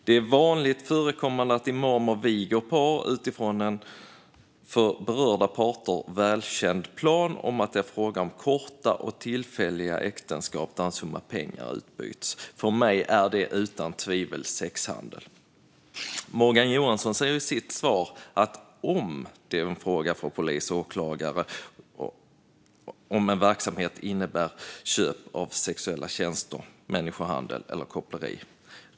Det är vanligt förekommande att imamer viger par utifrån en för berörda parter välkänd plan där det är fråga om korta och tillfälliga äktenskap och där en summa pengar utbyts. För mig är detta utan tvivel sexhandel. Morgan Johansson säger i sitt svar att det är en fråga för polis och åklagare om en verksamhet innebär köp av sexuella tjänster, människohandel eller koppleri.